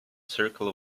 circle